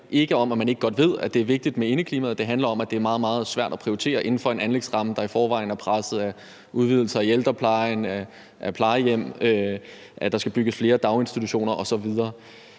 ikke om, at man ikke godt ved, at det er vigtigt med indeklimaet. Det handler om, at det er meget, meget svært at prioritere inden for en anlægsramme, der i forvejen er presset af udvidelser i ældreplejen og af plejehjem og af, at der skal bygges flere daginstitutioner osv.